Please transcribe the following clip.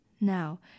Now